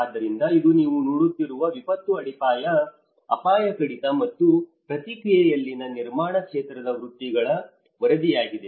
ಆದ್ದರಿಂದ ಇದು ನೀವು ನೋಡುತ್ತಿರುವ ವಿಪತ್ತು ಅಪಾಯ ಕಡಿತ ಮತ್ತು ಪ್ರತಿಕ್ರಿಯೆಯಲ್ಲಿನ ನಿರ್ಮಾಣ ಕ್ಷೇತ್ರದ ವೃತ್ತಿಗಳ ವರದಿಯಾಗಿದೆ